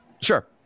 Sure